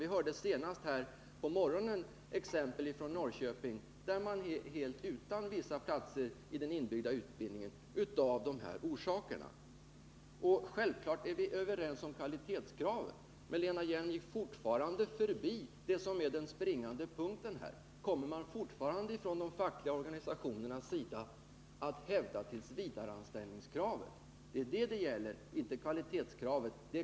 Vi fick i morse en redogörelse för ett exempel i Norrköping, där man av dessa orsaker i den inbyggda utbildningen står helt utan vissa platser. Självfallet är vi fortfarande överens om kvalitetskraven, men Lena Hjelm-Wallén gick fortfarande förbi den springande punkten: Kommer man från de fackliga organisationerna fortfarande att hävda tillsvidareanställningskravet? Det är det det gäller, inte kvalitetskravet.